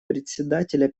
председателя